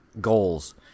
goals